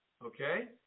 Okay